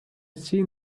seen